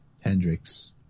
Hendricks